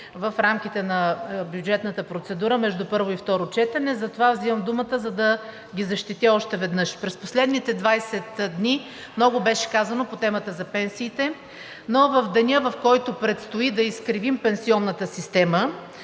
в рамките на бюджетната процедура между първо и второ четене. Затова взимам думата, за да ги защитя още веднъж. През последните 20 дни много беше казано по темата за пенсиите, но в деня, в който предстои да изкривим пенсионната система